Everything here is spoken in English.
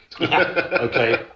Okay